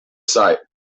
site